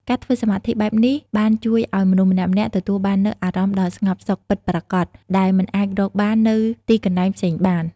ការធ្វើសមាធិបែបនេះបានជួយឲ្យមនុស្សម្នាក់ៗទទួលបាននូវអារម្មណ៍ដ៏ស្ងប់សុខពិតប្រាកដដែលមិនអាចរកបាននៅទីកន្លែងផ្សេងៗបាន។